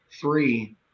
three